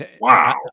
Wow